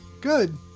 Good